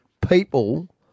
people